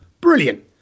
Brilliant